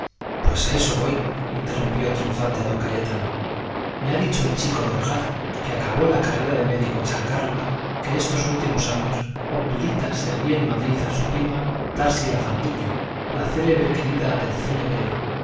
pues a eso voy interrumpió triunfante don cayetano me ha dicho el chico de orgaz que acabó la carrera de médico en san carlos que estos últimos años obdulita servía en madrid a su prima tarsila fandiño la célebre querida del célebre